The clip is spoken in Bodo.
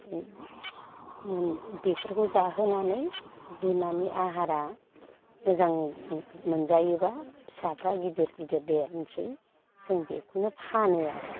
बेफोरखौ जाहोनानै बिमानि आहारा मोजां मोनजायोब्ला फिसाफ्रा गिदिर गिदिर देरनोसै जों बेखौनो फानो आरो